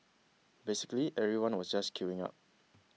basically everyone was just queuing up